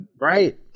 right